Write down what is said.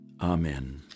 Amen